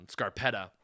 Scarpetta